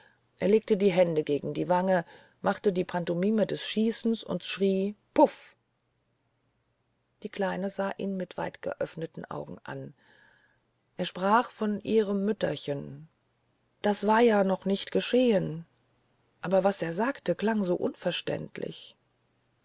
er legte die hände gegen die wange machte die pantomime des schießens und schrie puff die kleine sah ihn mit weitgeöffneten augen an er sprach von ihrem mütterchen das war ja noch nicht geschehen aber was er sagte klang so unverständlich